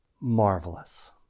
marvelous